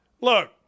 Look